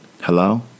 Hello